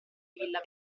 villa